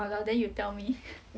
好了 then you tell me